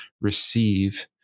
receive